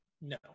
No